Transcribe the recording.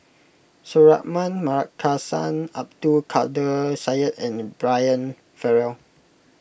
Suratman Markasan Abdul Kadir Syed and Brian Farrell